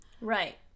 Right